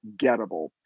gettable